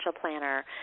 planner